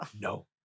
no